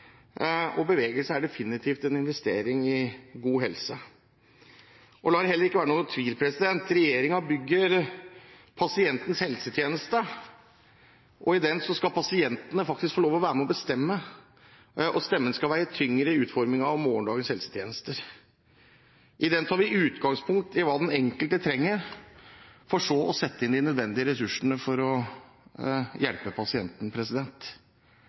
og bevegelse er definitivt en investering i god helse. La det heller ikke være noen tvil: Regjeringen bygger pasientens helsetjeneste, og i den skal pasientene faktisk få lov til å være med og bestemme, og stemmen skal veie tyngre i utformingen av morgendagens helsetjenester. I den tar vi utgangspunkt i hva den enkelte trenger, for så å sette inn de nødvendige ressursene for å hjelpe pasienten.